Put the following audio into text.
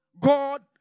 God